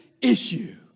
issue